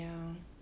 ya